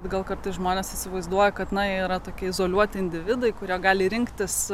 gal kartais žmonės įsivaizduoja kad na yra tokie izoliuoti individai kurie gali rinktis